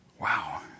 Wow